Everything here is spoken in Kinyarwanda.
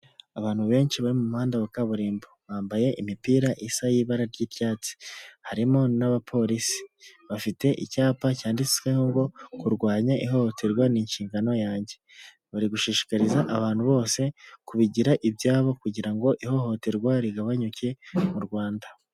Abantu benshi bari mu muhanda wa kaburimbo, bambaye imipira isa y'ira ry'icyatsi, harimo n'abapolisi, bafite icyapa cyanditsweho ngo kurwanya ihohoterwa ni inshingano yanjye. Bari gushishikariza abantu bose kubigira ibyabo kugira ngo ihohoterwa rigabanyuke mu Rwanda.